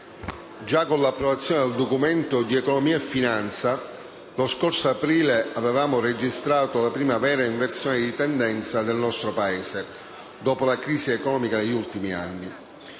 lo scorso aprile, del Documento di economia e finanza avevamo registrato la prima vera inversione di tendenza nel nostro Paese dopo la crisi economica degli ultimi anni.